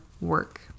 work